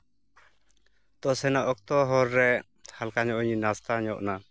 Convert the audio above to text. ᱛᱚ ᱥᱮᱱᱚᱜ ᱚᱠᱛᱚ ᱦᱚᱨ ᱨᱮ ᱦᱟᱞᱠᱟ ᱧᱚᱜ ᱤᱧ ᱱᱟᱥᱛᱟ ᱧᱚᱜ ᱮᱱᱟ